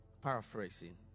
paraphrasing